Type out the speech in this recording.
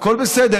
הכול בסדר.